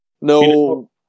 No